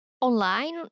online